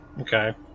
Okay